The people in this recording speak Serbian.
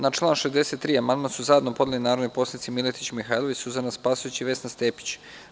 Na član 63. amandman su zajedno podneli narodni poslanici Miletić Mihajlović, Suzana Spasojević i Vesna Stepić.